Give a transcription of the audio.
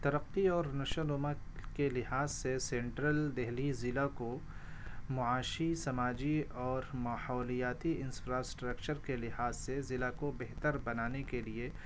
ترقی اور نشوونما کے لحاظ سے سینٹرل دہلی ضلع کو معاشی سماجی اور ماحولیاتی انسفرااسٹرکچر کے لحاظ سے ضلع کو بہتر بنانے کے لیے